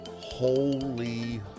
Holy